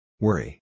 Worry